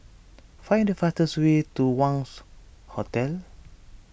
find the fastest way to Wangz Hotel